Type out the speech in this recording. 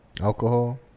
Alcohol